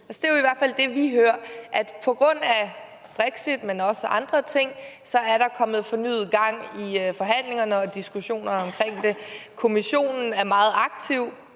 det er i hvert fald det, vi hører, nemlig at på grund af Brexit, men også andre ting, er der kommet fornyet gang i forhandlingerne og diskussionerne om det. Kommissionen – og vi